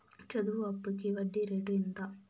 చదువు అప్పుకి వడ్డీ రేటు ఎంత?